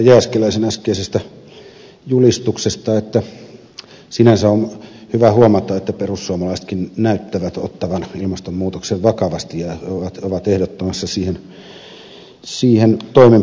jääskeläisen äskeisestä julistuksesta että sinänsä on hyvä huomata että perussuomalaisetkin näyttävät ottavat ilmastonmuutoksen vakavasti ja ovat ehdottamassa siihen toimenpiteitä